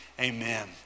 amen